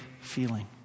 feeling